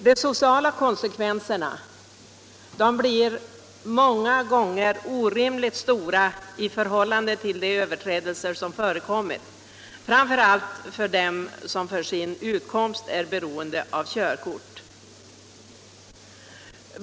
De sociala konsekvenserna kan många gånger bli orimligt stora i förhållande till de överträdelser som förekommit, framför allt för dem som för sin utkomst är beroende av körkort.